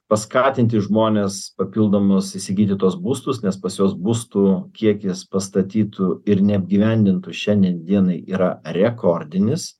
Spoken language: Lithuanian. paskatinti žmones papildomus įsigyti tuos būstus nes pas juos būstų kiekis pastatytų ir neapgyvendintų šiandien dienai yra rekordinis